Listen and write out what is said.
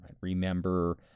Remember